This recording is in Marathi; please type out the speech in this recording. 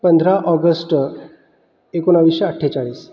पंधरा ऑगस्ट एकोणविसशे अठ्ठेचाळीस